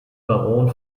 baron